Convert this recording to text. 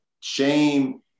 shame